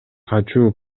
качуу